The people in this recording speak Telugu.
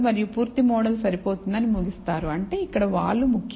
మరియు పూర్తి మోడల్ సరిపోతుంది అని ముగిస్తారు అంటే ఇక్కడ వాలు ముఖ్యం